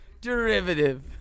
Derivative